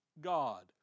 God